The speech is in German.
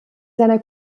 seiner